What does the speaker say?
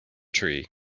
tree